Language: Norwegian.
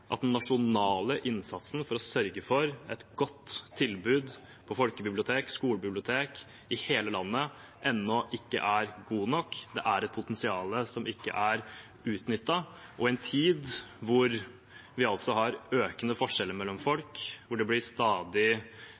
at den nasjonale innsatsen for å sørge for et godt tilbud innen folkebibliotek og skolebibliotek i hele landet ennå ikke er god nok. Det er et potensial som ikke er utnyttet. I en tid hvor det er økende forskjeller mellom folk, hvor det blir stadig